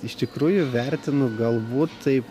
iš tikrųjų vertinu galbūt taip